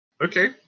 Okay